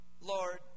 Lord